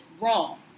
wrong